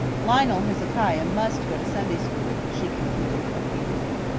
lionel hezekiah must go to sunday school, she concluded appealingly.